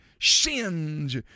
sins